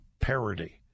parody